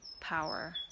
power